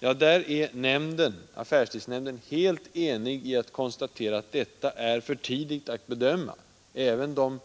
Ja, där är affärstidsnämnden helt enig i att konstatera att det ännu är för tidigt att bedöma den saken. Även de